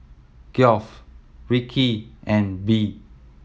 Geoff Rikki and Bee